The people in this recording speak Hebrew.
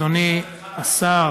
אני מסכים,